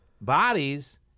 bodies